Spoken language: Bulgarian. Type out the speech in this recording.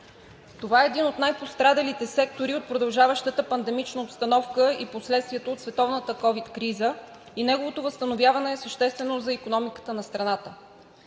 Това е един от най-пострадалите сектори от продължаващата пандемична обстановка и последствията от световната ковид криза и неговото възстановяване е съществено за икономиката на страната.